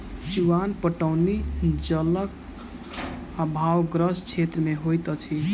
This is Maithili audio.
चुआन पटौनी जलक आभावग्रस्त क्षेत्र मे होइत अछि